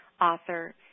author